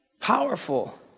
Powerful